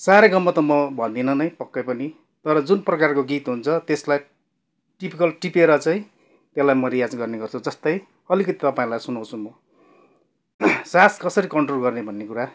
सा रे ग म त म भन्दिनँ नै पक्कै पनि तर जुन प्रकारको गित हुन्छ त्यसलाई टिपिकल टिपेर चाहिँ त्यसलाई म रियाज गर्नेगर्छु जस्तै अलिकति तपाईँहरलाई सुनाउँछु म सास कसरी कन्ट्रोल गर्ने भन्ने कुरा